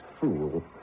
fool